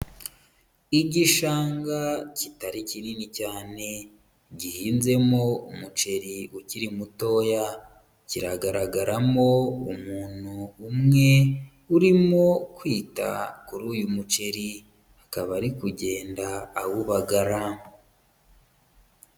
Igishanga kitari kinini cyane gihinzemo umuceri ukiri mutoya, kiragaragaramo umuntu umwe urimo kwita kuri uyu muceri akaba ari kugenda awubagara.